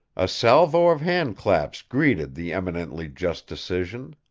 a salvo of handclaps greeted the eminently just decision.